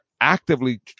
actively